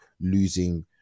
losing